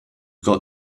got